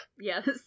Yes